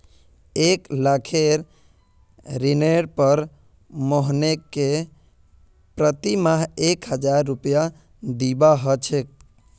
एक लाखेर ऋनेर पर मोहनके प्रति माह एक हजार रुपया दीबा ह छेक